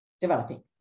developing